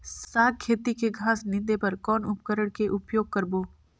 साग खेती के घास निंदे बर कौन उपकरण के उपयोग करबो?